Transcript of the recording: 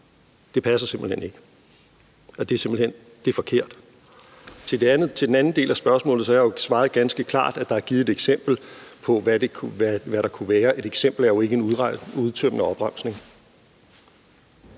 Det passer simpelt hen ikke. Til den anden del af spørgsmålet har jeg svaret ganske klart, at der er givet et eksempel på, hvad det kunne være. Et eksempel er jo ikke en udtømmende opremsning.